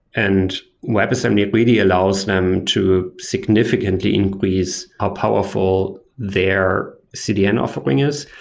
and webassembly really allows them to significantly increase how powerful their cdn offering is.